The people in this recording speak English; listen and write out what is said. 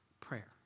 prayer